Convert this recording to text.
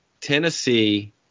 Tennessee